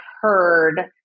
heard